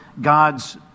God's